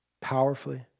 powerfully